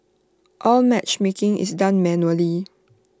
all matchmaking is done manually